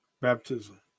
baptism